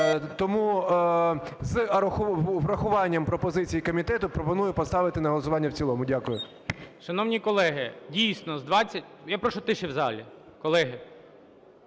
Тому з врахуванням пропозицій комітету пропоную поставити на голосування в цілому. Дякую. ГОЛОВУЮЧИЙ. Шановні колеги, дійсно, з… Я прошу тиші в залі, колеги!